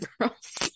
girls